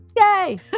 Yay